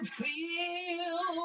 feel